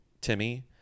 Timmy